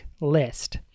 list